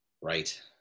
Right